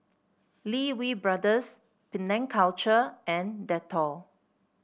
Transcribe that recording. Lee Wee Brothers Penang Culture and Dettol